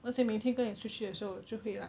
而且每天跟你出去的时候就会 like